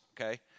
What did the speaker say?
okay